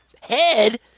head